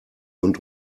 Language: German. und